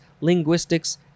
linguistics